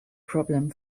problem